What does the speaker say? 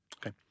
Okay